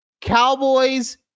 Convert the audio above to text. Cowboys